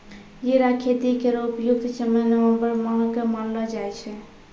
जीरा खेती केरो उपयुक्त समय नवम्बर माह क मानलो जाय छै